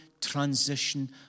transition